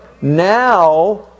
Now